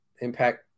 Impact